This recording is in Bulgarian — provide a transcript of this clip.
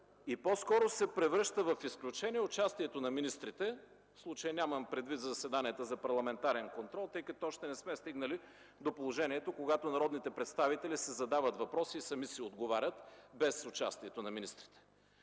и по-скоро се превръща в изключение участието на министрите, в случая нямам предвид заседанията за парламентарен контрол, тъй като още не сме стигнали до положението, когато народните представители си задават въпроси и сами си отговарят, без участието на министрите.